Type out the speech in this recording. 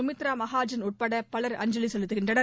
சுமித்ரா மகாஜன் உட்பட பலர் அஞ்சவி செலுத்துகின்றனர்